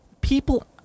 people